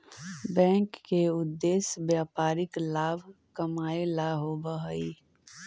bank के उद्देश्य व्यापारिक लाभ कमाएला होववऽ हइ